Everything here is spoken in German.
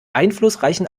einflussreichen